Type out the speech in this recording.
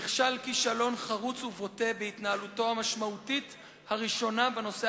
נכשל כישלון חרוץ ובוטה בהתנהלותו המשמעותית הראשונה בנושא